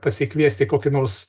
pasikviesti kokį nors